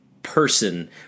person